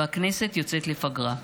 והכנסת יוצאת לפגרה,